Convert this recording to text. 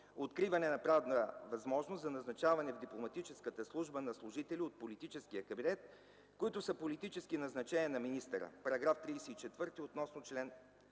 откриване на правна възможност за назначаване в Дипломатическата служба на служители от политическия кабинет, които са политически назначения на министъра –§ 34 относно чл.